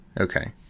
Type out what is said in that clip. Okay